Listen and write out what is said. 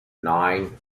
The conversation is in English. nine